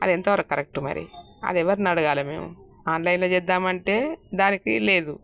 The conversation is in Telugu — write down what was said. అది ఎంతవరకు కరెక్ట్ మరి అది ఎవరిని అడగాలి మేము ఆన్లైన్లో చేద్దామంటే దానికీ లేదు